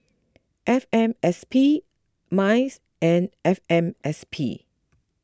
F M S P M I C E and F M S P